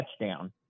touchdown